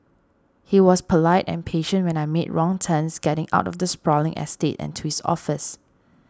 he was polite and patient when I made wrong turns getting out of the sprawling estate and to his office